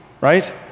right